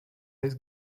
his